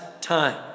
time